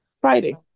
Friday